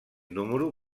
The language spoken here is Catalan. número